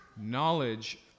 Knowledge